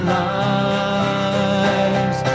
lives